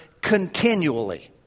continually